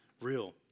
real